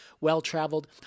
well-traveled